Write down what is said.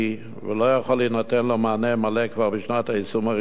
ולא יכול להינתן לו מענה מלא כבר בשנת היישום הראשונה,